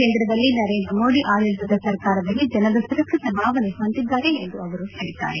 ಕೇಂದ್ರದಲ್ಲಿ ನರೇಂದ್ರ ಮೋದಿ ಆಡಳತದ ಸರ್ಕಾರದಲ್ಲಿ ಜನರು ಸುರಕ್ಷಿತ ಭಾವನೆ ಹೊಂದಿದ್ದಾರೆ ಎಂದು ಹೇಳಿದ್ದಾರೆ